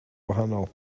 wahanol